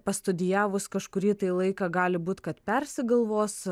pastudijavus kažkurį tai laiką gali būti kad persigalvos